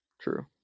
True